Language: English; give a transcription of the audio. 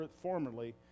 formerly